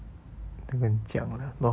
都跟你讲了